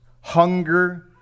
hunger